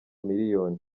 miliyoni